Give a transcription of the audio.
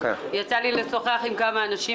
יצא לי לשוחח עם כמה אנשים,